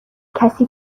کسی